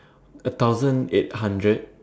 a thousand eight hundred